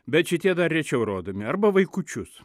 bet šitie dar rečiau rodomi arba vaikučius